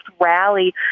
rally